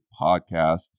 podcast